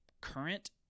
current